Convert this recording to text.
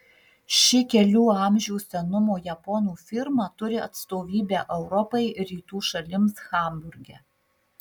ši kelių amžių senumo japonų firma turi atstovybę europai ir rytų šalims hamburge